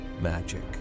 Magic